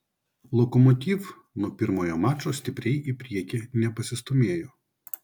lokomotiv nuo pirmojo mačo stipriai į priekį nepasistūmėjo